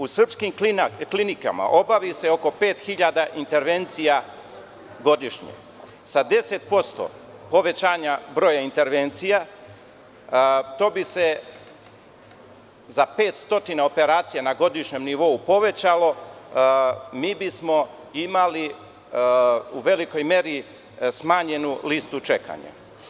U srpskim klinikama, obavi se oko 5.000 intervencija godišnje, sa 10% povećanja broja intervencija, to bi se za 500 operacija na godišnjem nivou povećalo, a mi bismo imali u velikoj meri smanjenu listu čekanja.